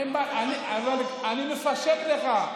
אף אחד לא, אני מפשט לך.